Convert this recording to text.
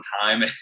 time